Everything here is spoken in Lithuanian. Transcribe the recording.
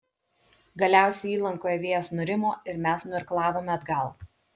galiausiai įlankoje vėjas nurimo ir mes nuirklavome atgal